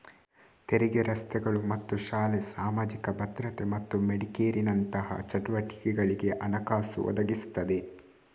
ತೆರಿಗೆ ರಸ್ತೆಗಳು ಮತ್ತು ಶಾಲೆ, ಸಾಮಾಜಿಕ ಭದ್ರತೆ ಮತ್ತು ಮೆಡಿಕೇರಿನಂತಹ ಚಟುವಟಿಕೆಗಳಿಗೆ ಹಣಕಾಸು ಒದಗಿಸ್ತದೆ